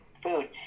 food